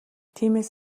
тиймээс